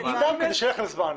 הבנתי, כדי שיהיה לכם זמן.